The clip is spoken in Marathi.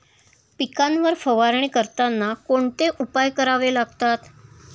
पिकांवर फवारणी करताना कोणते उपाय करावे लागतात?